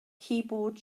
keyboard